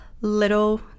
little